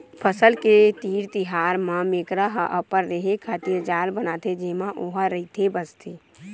फसल के तीर तिखार म मेकरा ह अपन रेहे खातिर जाल बनाथे जेमा ओहा रहिथे बसथे